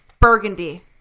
burgundy